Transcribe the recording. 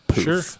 sure